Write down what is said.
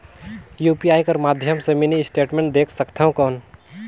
UPI कर माध्यम से मिनी स्टेटमेंट देख सकथव कौन?